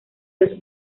los